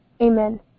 Amen